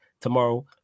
tomorrow